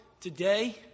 today